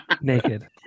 Naked